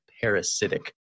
parasitic